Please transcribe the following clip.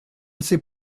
sais